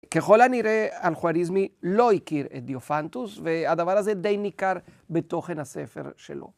ככל הנראה, אלכוהריזמי לא הכיר את דיופנטוס, והדבר הזה די ניכר בתוכן הספר שלו.